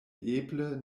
eble